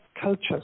cultures